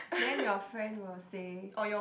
then your friend will say